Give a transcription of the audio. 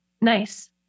Nice